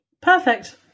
Perfect